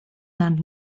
nad